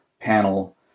panel